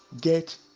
get